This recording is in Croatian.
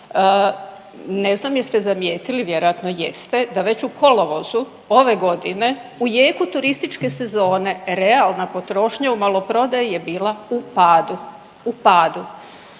Ne znam jeste zamijetili vjerojatno jeste da već u kolovozu ove godine u jeku turističke sezone realna potrošnja u maloprodaji je bila u padu, u padu.